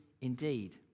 indeed